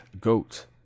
goat